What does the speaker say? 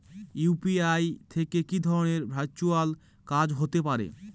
UPI থেকে কি ধরণের ভার্চুয়াল কাজ হতে পারে?